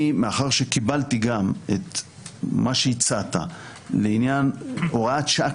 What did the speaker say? מאחר שקיבלתי גם את מה שהצעת לעניין הוראת שעה